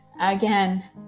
again